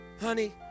Honey